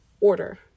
order